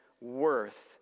worth